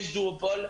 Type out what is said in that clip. יש דואופול.